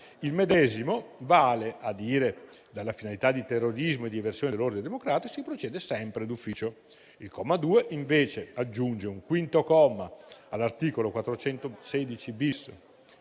al comma 1, vale a dire dalla finalità di terrorismo e di eversione dell'ordine democratico, si procede sempre d'ufficio. Il comma 2, invece, aggiunge un comma 5 all'articolo 416-*bis*